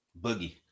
Boogie